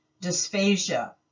dysphagia